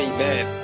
Amen